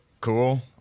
cool